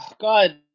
God